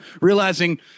realizing –